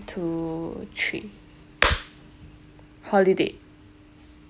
two three holiday